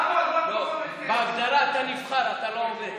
אלה שבאים לעבוד, בהגדרה אתה נבחר, אתה לא עובד.